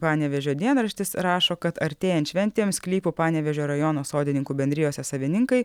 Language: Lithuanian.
panevėžio dienraštis rašo kad artėjant šventėms sklypų panevėžio rajono sodininkų bendrijose savininkai